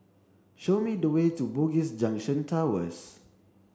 show me the way to Bugis Junction Towers